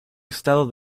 estado